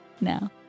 now